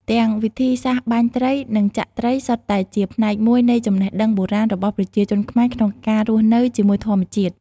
ទាំងវិធីសាស្ត្របាញ់ត្រី និងចាក់ត្រីសុទ្ធតែជាផ្នែកមួយនៃចំណេះដឹងបុរាណរបស់ប្រជាជនខ្មែរក្នុងការរស់នៅជាមួយធម្មជាតិ។